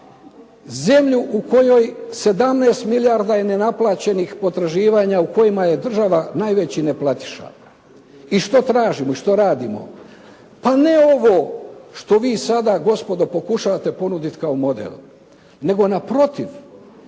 Zemlju u kojoj 17 milijardi je nenaplaćenih potraživanja u kojima je država najveći neplatiša. I što tražimo, što radimo? Pa ne ovo što vi sada gospodo pokušavate ponuditi kao model, nego naprotiv.